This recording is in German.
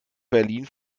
berlin